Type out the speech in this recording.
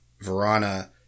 Verona